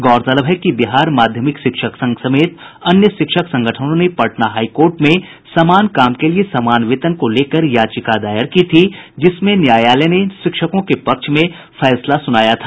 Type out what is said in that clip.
गौरतलब है कि बिहार माध्यमिक शिक्षक संघ समेत अन्य शिक्षक संगठनों ने पटना हाई कोर्ट में समान काम के लिए समान वेतन को लेकर याचिका दायर की थी जिसमें न्यायालय ने शिक्षकों के पक्ष में फैसला सुनाया था